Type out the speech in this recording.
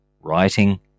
writing